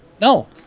No